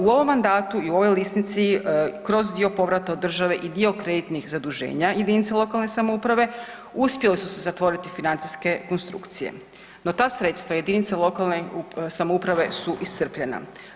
U ovom mandatu i u ovoj lisnici kroz dio povrata od države i dio kreditnih zaduženja jedinice lokalne samouprave uspjele su se zatvoriti financijske konstrukcije no ta sredstva jedinica lokalne samouprave su iscrpljena.